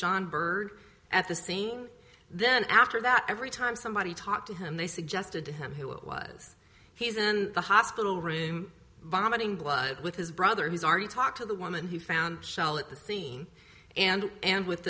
john bird at the scene then after that every time somebody talked to him they suggested to him who it was he's in the hospital room vomiting blood with his brother who's already talked to the woman who found shell at the scene and